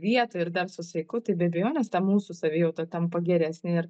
vietoj ir dar su saiku tai be abejonės ta mūsų savijauta tampa geresnė ir